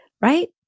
Right